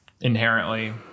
inherently